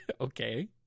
Okay